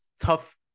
tough